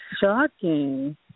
shocking